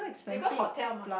because hotel mah